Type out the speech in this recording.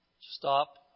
Stop